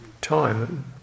time